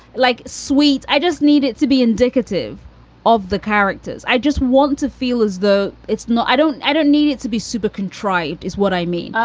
like sweets. i just need it to be indicative of the characters. i just want to feel as though it's not i don't i don't need it to be super contrived is what i mean.